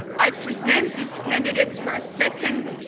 i present these candidates for a second,